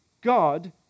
God